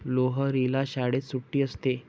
लोहरीला शाळेत सुट्टी असते